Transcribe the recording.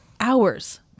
Hours